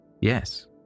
Yes